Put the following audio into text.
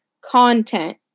content